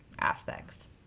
aspects